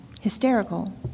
hysterical